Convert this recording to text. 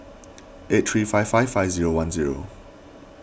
eight three five five five zero one zero